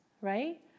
right